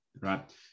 right